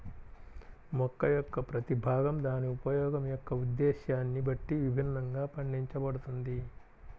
మొక్క యొక్క ప్రతి భాగం దాని ఉపయోగం యొక్క ఉద్దేశ్యాన్ని బట్టి విభిన్నంగా పండించబడుతుంది